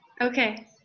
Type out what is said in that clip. Okay